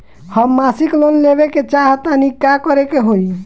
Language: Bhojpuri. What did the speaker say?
हम मासिक लोन लेवे के चाह तानि का करे के होई?